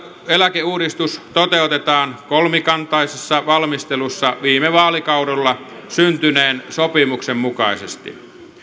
eläkeuudistus toteutetaan kolmikantaisessa valmistelussa viime vaalikaudella syntyneen sopimuksen mukaisesti